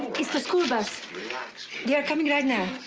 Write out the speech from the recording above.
it's the school bus. they are coming right now.